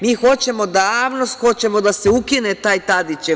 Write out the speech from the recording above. Mi hoćemo, davno hoćemo da se ukine taj Tadićev.